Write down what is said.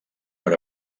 per